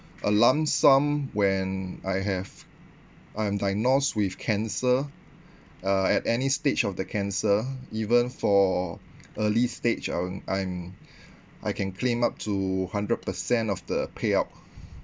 a lump sum when I have I'm diagnosed with cancer uh at any stage of the cancer even for early stage on I'm I can claim up to hundred percent of the payout